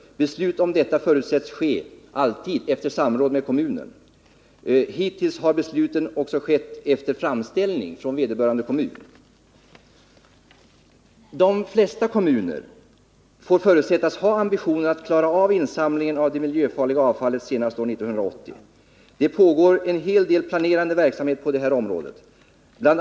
Beslut om detta förutsätts alltid ske efter samråd med kommunen. Hittills har besluten också skett efter framställning från vederbörande kommun. De flesta kommuner får förutsättas ha ambitionen att klara av insamlingen av det miljöfarliga avfallet senast 1980. Det pågår en hel del planerande verksamhet på området. Bl.